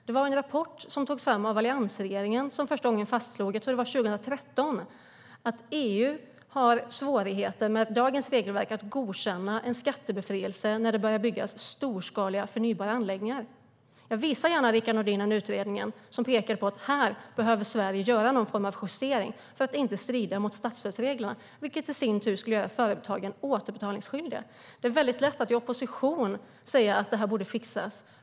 Det var i en rapport som togs fram av alliansregeringen som det första gången fastslogs - jag tror att det var 2013 - att EU med dagens regelverk har svårigheter att godkänna en skattebefrielse när det börjar byggas storskaliga förnybara anläggningar. Jag visar gärna Rickard Nordin den utredning där det pekades på att Sverige behöver göra någon form av justering i detta sammanhang för att det inte ska strida mot statsstödsreglerna, vilket i sin tur skulle göra företagen återbetalningsskyldiga. Det är mycket lätt att i opposition säga att detta borde fixas.